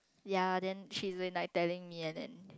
yeah then she will like telling me and then